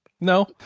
No